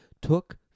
took